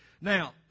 Now